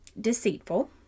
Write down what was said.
deceitful